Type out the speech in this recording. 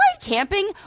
camping